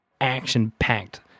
action-packed